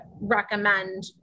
recommend